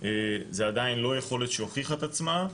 זה עדיין לא יכולת שהוכיחה את עצמה,